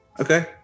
okay